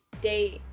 date